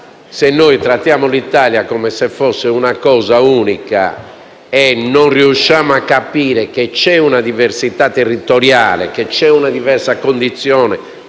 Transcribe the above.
se noi trattiamo l'Italia come se fosse una cosa unica e non riusciamo a capire che c'è una diversità territoriale, che c'è una diversa condizione